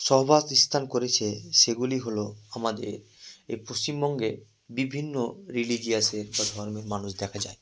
সহাবস্থান করেছে সেগুলি হলো আমাদের এই পশ্চিমবঙ্গে বিভিন্ন রিলিজিয়ানের বা ধর্মের মানুষ দেখা যায়